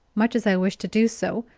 much as i wished to do so,